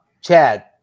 Chad